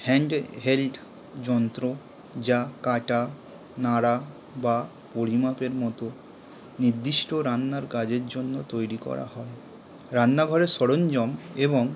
handheld যন্ত্র যা কাটা নাড়া বা পরিমাপের মতো নির্দিষ্ট রান্নার কাজের জন্য তৈরি করা হয় রান্নাঘরের সরঞ্জাম এবং